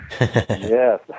Yes